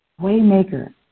Waymaker